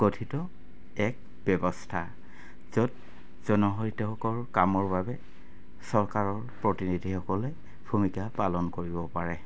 গঠিত এক ব্যৱস্থা য'ত জনহিতকৰ কামৰ বাবে চৰকাৰৰ প্ৰতিনিধিসকলে ভূমিকা পালন কৰিব পাৰে